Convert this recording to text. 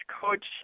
coach